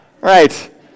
right